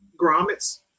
grommets